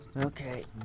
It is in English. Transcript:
Okay